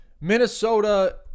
Minnesota